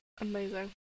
Amazing